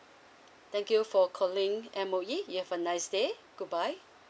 thank you for calling M_O_E you have a nice day goodbye